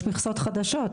יש מכסות חדשות.